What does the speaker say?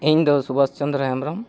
ᱤᱧᱫᱚ ᱥᱩᱵᱷᱟᱥ ᱪᱚᱱᱫᱨᱚ ᱦᱮᱢᱵᱨᱚᱢ